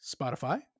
spotify